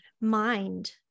mind